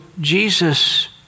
Jesus